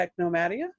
Technomadia